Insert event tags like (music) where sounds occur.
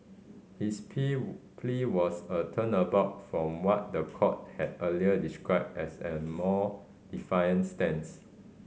his pea (unintelligible) plea was a turnabout from what the court had earlier described as a more defiant stance